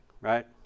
right